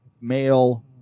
male